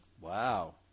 Wow